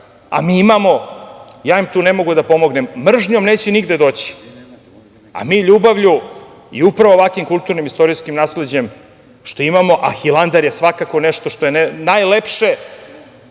a mi imamo, ja im tu ne mogu pomoći. Mržnjom neće nigde doći, a mi ljubavlju i upravo ovakvim kulturnim i istorijskim nasleđem što imamo, a Hilandar je svakako nešto što je najlepše,